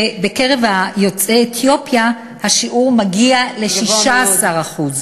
ובקרב יוצאי אתיופיה השיעור מגיע ל-16%.